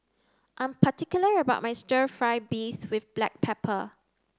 I am particular about my stir fry beef with black pepper